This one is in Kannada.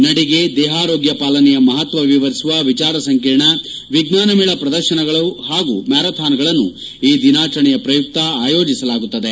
ನಡಿಗೆ ದೇಹಾರೋಗ್ಯ ಪಾಲನೆಯ ಮಹತ್ವ ವಿವರಿಸುವ ವಿಜಾರ ಸಂಕಿರಣ ವಿಜ್ಞಾನ ಮೇಳ ಪ್ರದರ್ಶನಗಳನ್ನು ಹಾಗೂ ಮ್ಕಾರಥಾನ್ಗಳನ್ನು ಈ ದಿನಾಚರಣೆಯ ಪ್ರಯುತ್ತ ಆಯೋಜಿಸಲಾಗುತ್ತದೆ